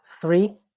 three